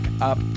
up